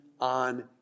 on